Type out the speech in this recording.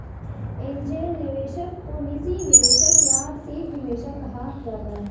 angel निवेशक को निजी निवेशक या सीड निवेशक कहा जाता है